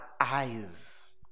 eyes